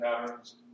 patterns